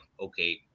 okay